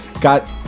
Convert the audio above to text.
got